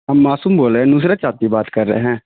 ہم معصوم بول رہے ہیں نصرت صاحب جی بات کر رہے ہیں